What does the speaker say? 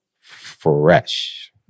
fresh